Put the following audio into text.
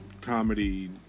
comedy